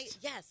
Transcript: Yes